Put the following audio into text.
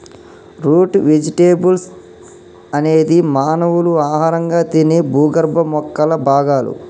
route vegetables అనేది మానవులు ఆహారంగా తినే భూగర్భ మొక్కల భాగాలు